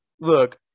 look